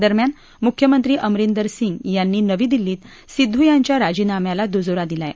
दरम्यान मुख्यमंत्री अमरिंदर सिंग यांनी नवी दिल्लीत सिद्दू यांच्या राजीनाम्याला दुजोरा दिला आहे